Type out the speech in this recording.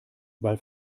weil